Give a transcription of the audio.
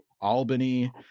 Albany